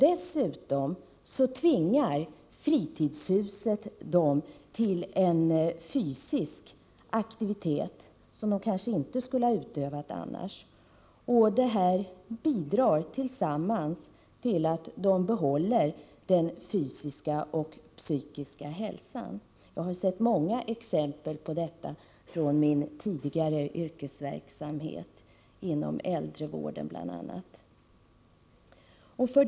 Dessutom tvingas dessa kvinnor, på grund av att de har ett fritidshus, till en fysisk aktivitet, som de annars kanske inte skulle ha ägnat sig åt. Sammantaget bidrar detta till att de äldre ensamstående kvinnorna behåller sin fysiska och psykiska hälsa. Jag har sett många exempel på detta i min tidigare yrkesverksamhet inom bl.a. äldrevården.